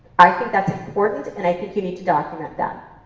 i think that's important and i think you need to document that.